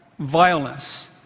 Violence